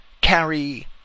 carry